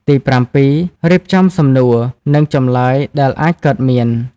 ទីប្រាំពីរ រៀបចំសំណួរ និងចម្លើយដែលអាចកើតមាន។